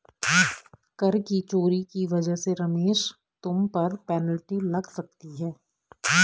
कर की चोरी की वजह से रमेश तुम पर पेनल्टी लग सकती है